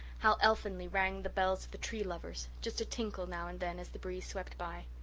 how elfinly rang the bells of the tree lovers just a tinkle now and then as the breeze swept by!